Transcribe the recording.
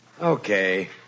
Okay